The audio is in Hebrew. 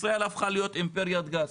ישראל הפכה להיות אימפריית גז,